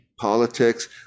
Politics